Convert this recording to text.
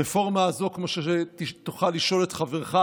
הרפורמה הזו, כמו שתוכל לשאול את חברך